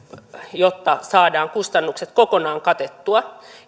jotta saadaan kustannukset kokonaan katettua